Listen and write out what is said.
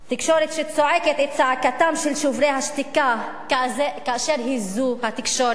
תקשורת שצועקת את צעקתם של שוברי השתיקה כאשר התקשורת